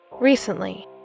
recently